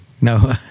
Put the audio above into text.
No